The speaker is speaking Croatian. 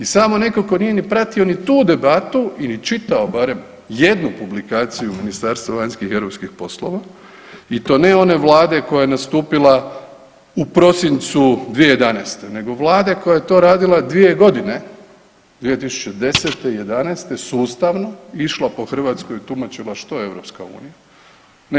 I samo netko tko nije pratio ni tu debatu ili čitao barem jednu publikaciju Ministarstva vanjskih i europskih poslova i to ne one Vlade koja je nastupila u prosincu 2011. nego Vlade koja je to radila dvije godine 2010., 2011. sustavno išla po Hrvatskoj i tumačila što je Europska unija.